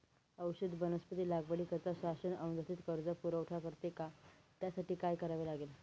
औषधी वनस्पती लागवडीकरिता शासन अनुदानित कर्ज पुरवठा करते का? त्यासाठी काय करावे लागेल?